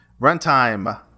Runtime